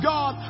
God